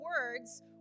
words